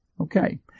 Okay